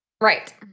Right